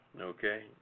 okay